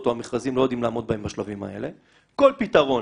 או המכרזים לא יודעים לעמוד בהם בשלבים האלה כל פתרון